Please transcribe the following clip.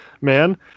man